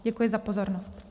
Děkuji za pozornost.